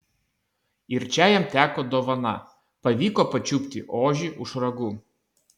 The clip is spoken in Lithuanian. ir čia jam teko dovana pavyko pačiupti ožį už ragų